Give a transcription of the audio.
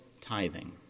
tithing